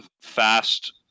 fast